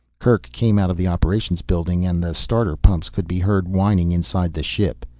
kerk came out of the operations building and the starter pumps could be heard whining inside the ship.